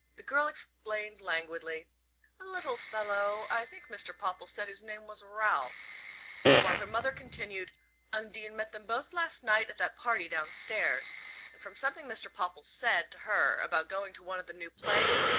the girl explained languidly a little fellow i think mr. popple said his name was ralph while her mother continued undine met them both last night at that party downstairs. and from something mr. popple said to her about going to one of the new plays,